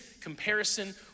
comparison